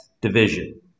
division